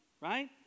right